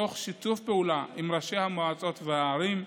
תוך שיתוף פעולה עם ראשי המועצות והערים,